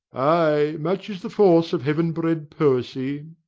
ay, much is the force of heaven-bred poesy.